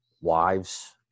wives